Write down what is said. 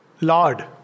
lord